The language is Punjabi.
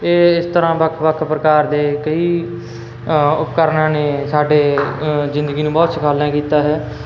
ਇਹ ਇਸ ਤਰ੍ਹਾਂ ਵੱਖ ਵੱਖ ਪ੍ਰਕਾਰ ਦੇ ਕਈ ਉਪਕਰਨਾਂ ਨੇ ਸਾਡੇ ਜ਼ਿੰਦਗੀ ਨੂੰ ਬਹੁਤ ਸੁਖਾਲਾਂ ਕੀਤਾ ਹੈ